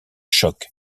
choc